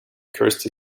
kirsty